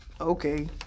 Okay